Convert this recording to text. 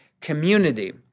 community